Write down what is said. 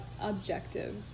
objective